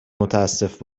متاسف